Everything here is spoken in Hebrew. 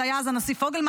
זה היה אז הנשיא פוגלמן.